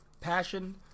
Passion